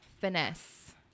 finesse